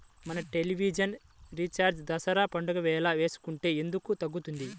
మన television recharge Dasara పండగ వేళ వేసుకుంటే ఎందుకు తగ్గుతుంది?